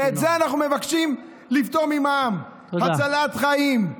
ואת זה אנחנו מבקשים לפטור ממע"מ, הצלת חיים.